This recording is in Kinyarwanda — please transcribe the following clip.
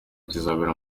kizabera